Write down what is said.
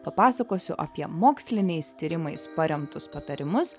papasakosiu apie moksliniais tyrimais paremtus patarimus